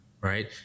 right